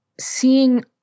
seeing